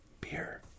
beer